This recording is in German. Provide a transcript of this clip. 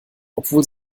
obwohl